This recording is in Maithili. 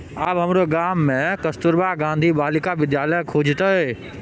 आब हमरो गाम मे कस्तूरबा गांधी बालिका विद्यालय खुजतै